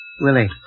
Willie